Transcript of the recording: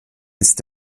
ist